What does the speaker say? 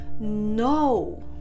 no